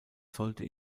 sollte